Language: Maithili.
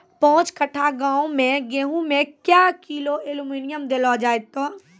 पाँच कट्ठा गांव मे गेहूँ मे क्या किलो एल्मुनियम देले जाय तो?